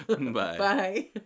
Bye